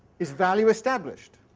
is value established?